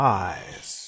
eyes